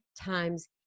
times